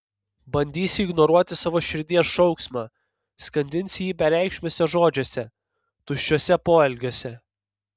bandysi ignoruoti savo širdies šauksmą skandinsi jį bereikšmiuose žodžiuose tuščiuose poelgiuose